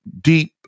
deep